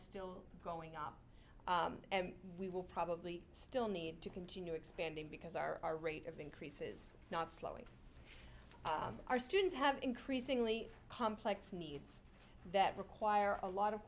still going up and we will probably still need to continue expanding because our rate of increase is not slowing our students have increasingly complex needs that require a lot of